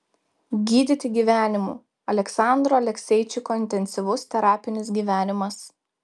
gydyti gyvenimu aleksandro alekseičiko intensyvus terapinis gyvenimas